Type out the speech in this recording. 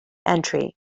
entry